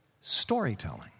storytelling